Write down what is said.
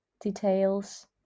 details